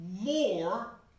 more